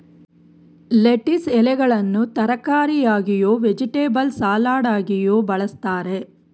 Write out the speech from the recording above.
lettuce ಎಲೆಗಳನ್ನು ತರಕಾರಿಯಾಗಿಯೂ, vegetable ಸಲಡಾಗಿಯೂ ಬಳ್ಸತ್ತರೆ